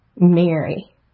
Mary